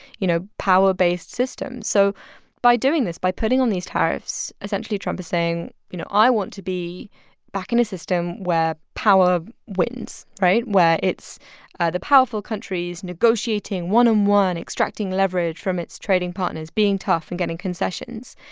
you know, power-based system. so by doing this, by putting on these tariffs, essentially, trump is saying, you know, i want to be back in a system where power wins right? where it's the powerful countries negotiating one-on-one, and extracting leverage from its trading partners, being tough and getting concessions.